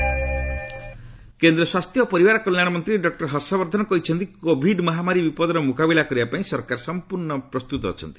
Covid Harshvardhan କେନ୍ଦ୍ର ସ୍ୱାସ୍ଥ୍ୟ ଓ ପରିବାର କଲ୍ୟାଣ ମନ୍ତ୍ରୀ ଡକ୍କର ହର୍ଷବର୍ଦ୍ଧନ କହିଚ୍ଚନ୍ତି କୋଭିଡ୍ ମହାମାରୀ ବିପଦର ମୁକାବିଲା କରିବା ପାଇଁ ସରକାର ସମ୍ପର୍ଣ୍ଣ ପ୍ରସ୍ତୁତ ଅଛନ୍ତି